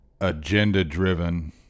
agenda-driven